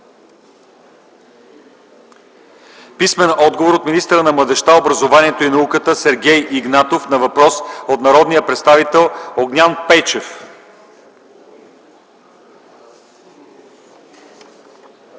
писмен отговор от министъра на младежта, образованието и науката Сергей Игнатов на въпрос от народния представител Огнян Пейчев;